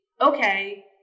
okay